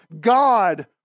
God